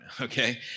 okay